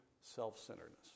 self-centeredness